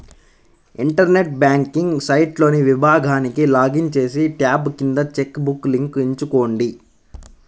internet banking సైట్లోని విభాగానికి login చేసి, ట్యాబ్ కింద చెక్ బుక్ లింక్ ఎంచుకోండి